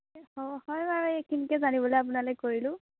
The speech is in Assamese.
হয় বাৰু এইখিনিকে জানিবলৈ আপোনালৈ কৰিলোঁঁ